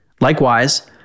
Likewise